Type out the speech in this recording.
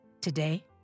today